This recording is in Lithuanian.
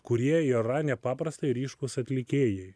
kurie yra nepaprastai ryškūs atlikėjai